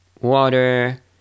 Water